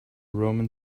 roman